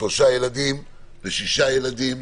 שלושה ילדים לשישה ילדים.